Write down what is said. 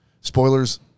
Spoilers